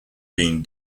been